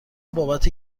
بابت